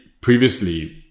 previously